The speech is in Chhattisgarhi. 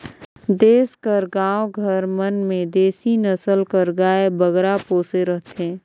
देस कर गाँव घर मन में देसी नसल कर गाय बगरा पोसे रहथें